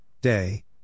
day